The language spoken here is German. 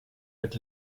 mit